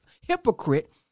hypocrite